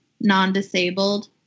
non-disabled